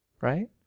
right